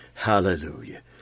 Hallelujah